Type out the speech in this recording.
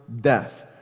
death